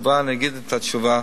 אני אגיד את התשובה,